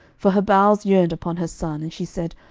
for her bowels yearned upon her son, and she said,